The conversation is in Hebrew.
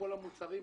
בכל המוצרים.